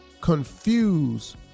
confused